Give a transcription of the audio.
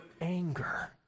anger